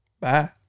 Bye